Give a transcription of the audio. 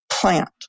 plant